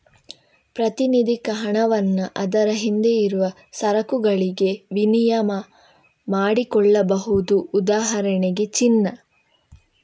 ಪ್ರಾತಿನಿಧಿಕ ಹಣವನ್ನ ಅದರ ಹಿಂದೆ ಇರುವ ಸರಕುಗಳಿಗೆ ವಿನಿಮಯ ಮಾಡಿಕೊಳ್ಬಹುದು ಉದಾಹರಣೆಗೆ ಚಿನ್ನ